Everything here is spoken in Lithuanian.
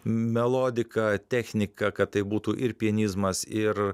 melodika technika kad tai būtų ir pianizmas ir